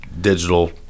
digital